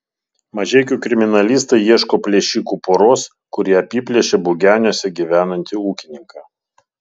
mažeikių kriminalistai ieško plėšikų poros kuri apiplėšė bugeniuose gyvenantį ūkininką